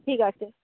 ঠিক আছে